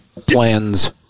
plans